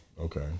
Okay